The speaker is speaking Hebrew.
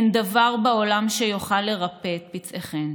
אין דבר בעולם שיוכל לרפא את פצעיכן.